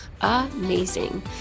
amazing